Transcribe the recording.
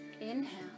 Inhale